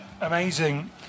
amazing